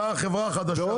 אתה חברה חדשה.